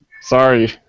Sorry